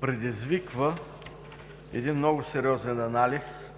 предизвиква много сериозен анализ